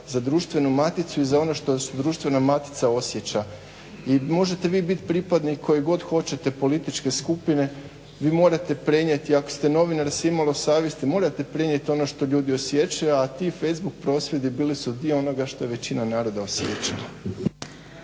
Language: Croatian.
za društvenu maticu i za ono što društvena matica osjeća. I možete vi biti pripadnik koje god hoćete političke skupine vi morate prenijeti ako ste novinar sa imalo savjesti, morate prenijeti ono što ljudi osjećaju, a ti facebook prosvjedi bili su dio onoga što je većina naroda osjećala.